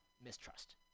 mistrust